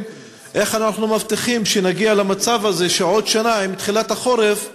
היא איך אנחנו מבטיחים שנגיע למצב הזה שעוד שנה עם תחילת החורף,